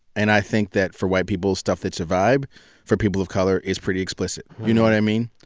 and i think that, for white people, stuff that's a vibe for people of color is pretty explicit. you know what i mean?